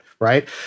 right